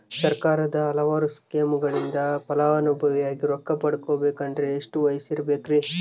ಸರ್ಕಾರದ ಹಲವಾರು ಸ್ಕೇಮುಗಳಿಂದ ಫಲಾನುಭವಿಯಾಗಿ ರೊಕ್ಕ ಪಡಕೊಬೇಕಂದರೆ ಎಷ್ಟು ವಯಸ್ಸಿರಬೇಕ್ರಿ?